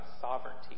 sovereignty